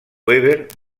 weber